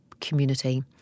community